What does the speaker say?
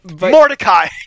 Mordecai